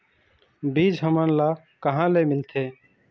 बीज हमन ला कहां ले मिलथे?